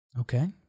Okay